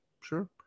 Sure